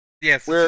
Yes